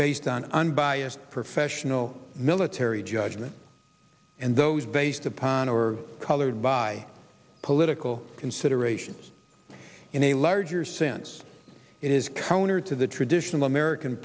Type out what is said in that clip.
based on unbiased professional military judgment and those based upon or colored by political considerations in a larger sense it is counter to the traditional american